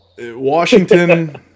Washington